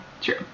True